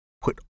Put